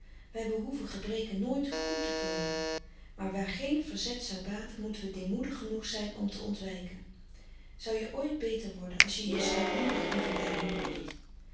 wij behoeven gebreken nooit goed te keuren maar waar geen verzet zou baten moeten we deemoedig genoeg zijn om te ontwijken zou je ooit beter worden als je je stoutmoedig in verleiding bracht